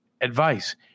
Advice